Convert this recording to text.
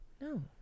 No